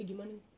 pergi mana